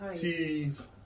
Cheese